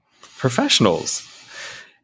professionals